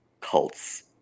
cults